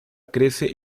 crece